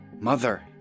Mother